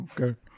Okay